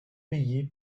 payé